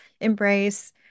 embrace